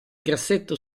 grassetto